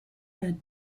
had